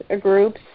groups